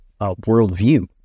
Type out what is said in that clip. worldview